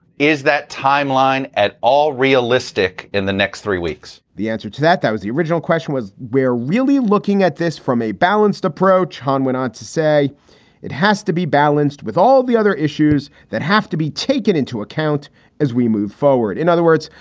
is that timeline at all realistic in the next three weeks? the answer to that, that was the original question was we're really looking at this from a balanced approach. john went on to say it has to be balanced with all of the other issues that have to be taken into account as we move forward. in other words,